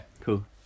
Cool